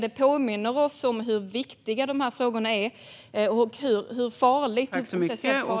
Det påminner oss om hur viktiga de här frågorna är och hur farligt detta är.